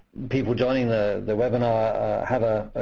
people joining the the webinar have a